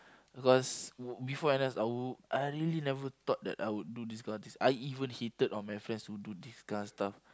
because be~ before N_S I would I really never thought that I would do this kind of things I even hated on my friends who do these kind of stuff